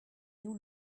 nous